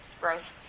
growth